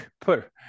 put